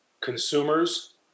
consumers